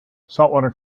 saltwater